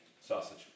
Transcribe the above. Sausage